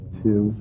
two